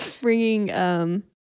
Bringing